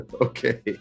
Okay